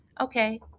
Okay